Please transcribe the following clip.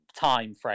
timeframe